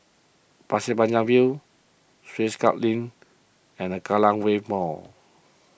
Pasir Panjang View Swiss Club Link and Kallang Wave Mall